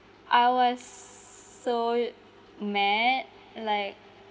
I was so mad like